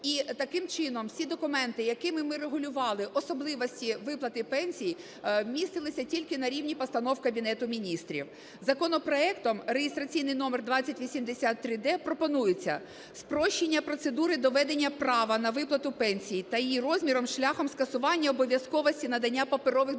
І таким чином всі документи, якими ми регулювали особливості виплати пенсій, містилися тільки на рівні постанов Кабінету Міністрів. Законопроектом (реєстраційний номер 2083-д) пропонується. Спрощення процедури доведення права на виплату пенсії та її розміри, шляхом скасування обов’язковості надання паперових документів.